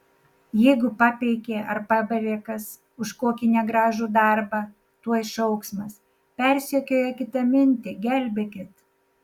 jeigu papeikė ar pabarė kas už kokį negražų darbą tuoj šauksmas persekioja kitamintį gelbėkit